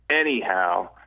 Anyhow